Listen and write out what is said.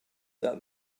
that